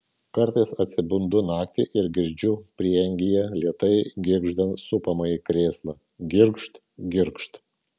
kartais atsibundu naktį ir girdžiu prieangyje lėtai girgždant supamąjį krėslą girgžt girgžt